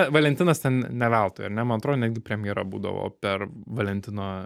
valentinas ten ne veltui ar ne man atrodo netgi premjera būdavo per valentino